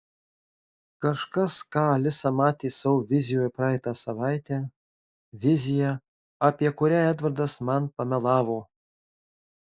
kažkas ką alisa matė savo vizijoje praeitą savaitę viziją apie kurią edvardas man pamelavo